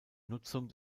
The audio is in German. nutzung